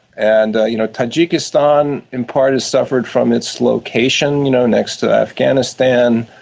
and you know tajikistan in part has suffered from its location, you know, next to afghanistan.